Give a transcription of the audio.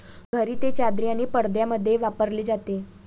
घरी ते चादरी आणि पडद्यांमध्ये वापरले जाते